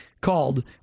called